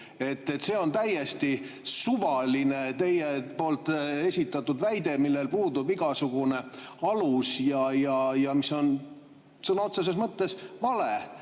See on täiesti suvaline teie poolt esitatud väide, millel puudub igasugune alus ja mis on sõna otseses mõttes vale.